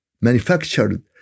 manufactured